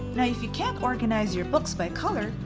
now if you can't organize your books by color,